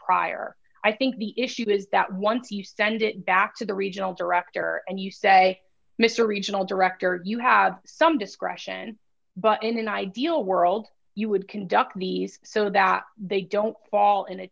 prior i think the issue was that once he started it back to the regional director and you stay mr regional director you have some discretion but in an ideal world you would conduct these so that they don't fall in a